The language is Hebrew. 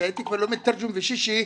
כשהייתי לומד תרגום ושישי,